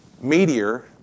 meteor